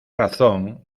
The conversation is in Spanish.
razón